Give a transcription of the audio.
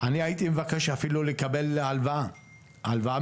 אני הייתי מבקש אפילו לקבל הלוואה מקרן